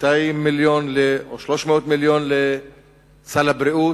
200 מיליון או 300 מיליון לסל הבריאות.